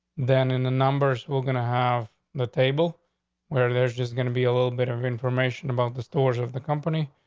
then in the numbers, we're gonna have the table where they're just gonna be a little bit of information about the stores of the company.